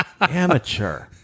amateur